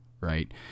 right